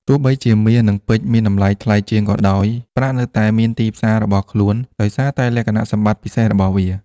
ទោះបីជាមាស និងពេជ្រមានតម្លៃថ្លៃជាងក៏ដោយ ប្រាក់នៅតែមានទីផ្សាររបស់ខ្លួន ដោយសារតែលក្ខណៈសម្បត្តិពិសេសរបស់វា។